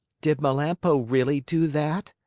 did melampo really do that?